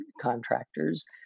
contractors